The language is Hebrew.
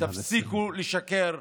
תפסיקו לשקר.